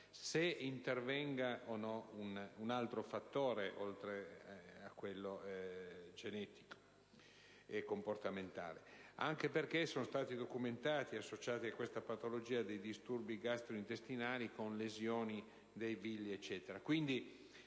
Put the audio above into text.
se intervenga o meno un altro fattore, oltre a quello genetico e comportamentale. Sono stati documentati, associati a questa patologia, dei disturbi gastrointestinali con lesioni dei villi. Si tratta quindi